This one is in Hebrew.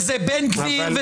זה בן גביר,